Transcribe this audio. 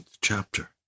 chapter